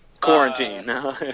Quarantine